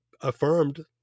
affirmed